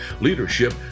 leadership